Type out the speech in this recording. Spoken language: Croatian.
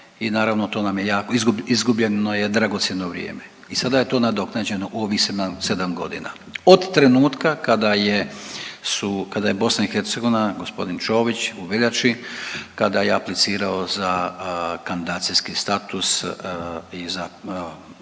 I naravno to nam je jako, izgubljeno je dragocjeno vrijeme i sada je to nadoknađeno u ovih sedam godina od trenutka kada je BiH, gospodin Čović u veljači, kada je aplicirao za kandidacijski status i za